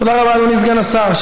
תודה רבה, אדוני סגן השר.